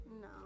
No